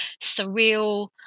surreal